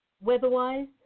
weather-wise